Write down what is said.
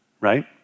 right